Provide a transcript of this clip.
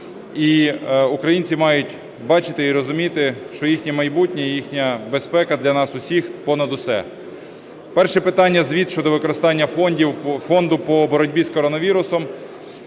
І українці мають бачити і розуміти, що їхнє майбутнє і їхня безпека для нас усіх понад усе. Перше питання – звіт щодо використання фонду по боротьбі з коронавірусом.